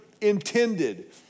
intended